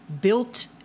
built